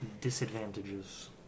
Disadvantages